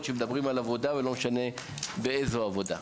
בהם מדברים על עבודה וזה לא משנה איזו עבודה.